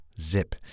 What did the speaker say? Zip